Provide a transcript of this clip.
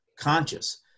conscious